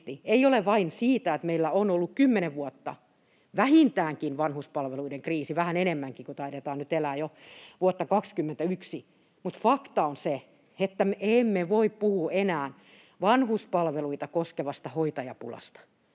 ei ole vain siitä, että meillä on ollut 10 vuotta vähintäänkin vanhuspalveluiden kriisi — vähän enemmänkin, kun taidetaan nyt elää jo vuotta 21 — vaan fakta on se, että me emme voi puhua enää vanhuspalveluita koskevasta hoitajapulasta.